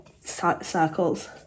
circles